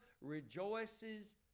rejoices